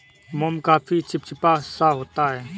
मोम काफी चिपचिपा सा होता है